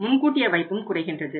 முன்கூட்டிய வைப்பும் குறைகின்றது